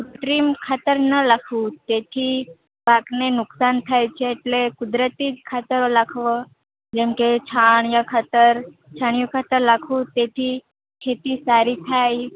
કૃત્રિમ ખાતર ન નાખવું તેથી પાકને નુકશાન થાય છે એટલે કુદરતી ખાતરો નાખવો જેમ કે છાણયા ખાતર છાણિયું ખાતર નાખવુ તેથી ખેતી સારી થાય